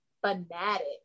fanatic